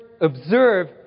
observe